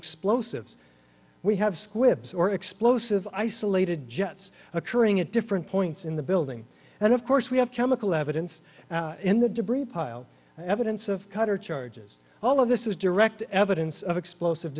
explosives we have squibs or explosive isolated jets occurring at different points in the building and of course we have chemical evidence in the debris pile evidence of cutter charges all of this is direct evidence of explosive